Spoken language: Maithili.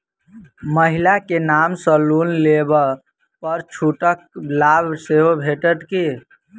महिला केँ नाम सँ लोन लेबऽ पर छुटक लाभ सेहो भेटत की?